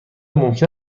ممکن